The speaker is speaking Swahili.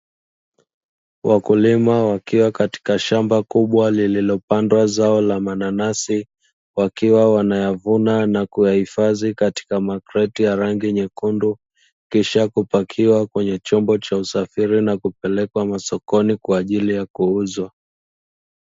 Wakulima wakiwa katika shamba kubwa lililopandwa zao la mananasi, wakiwa wanayavuna na kuyahifadhi katika makreti ya rangi nyekundu, kisha kupakiwa kwenye chombo cha usafiri na kupelekwa masokoni kwa ajili ya kuuzwa.